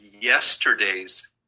yesterday's